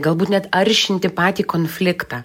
galbūt net aršinti patį konfliktą